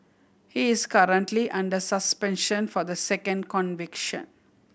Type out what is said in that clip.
he is currently under suspension for the second conviction